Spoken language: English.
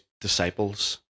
disciples